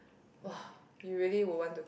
!wah! you really will want to